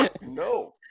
No